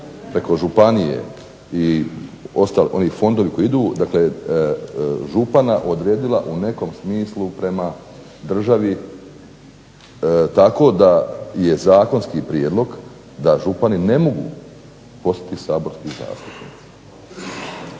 preko županije i oni fondovi koji idu, dakle župana odredila u nekom smislu prema državi tako da je zakonski prijedlog da župani ne mogu postati saborski zastupnici.